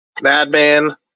Madman